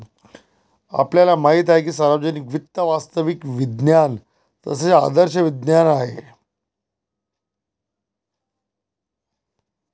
आपल्याला माहित आहे की सार्वजनिक वित्त वास्तविक विज्ञान तसेच आदर्श विज्ञान आहे